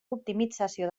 optimització